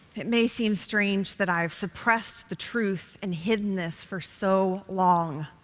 it may seem strange that i have suppressed the truth and hidden this for so long.